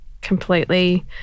completely